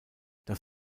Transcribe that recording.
das